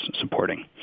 supporting